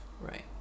Right